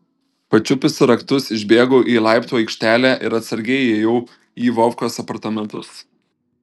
pačiupusi raktus išbėgau į laiptų aikštelę ir atsargiai įėjau į vovkos apartamentus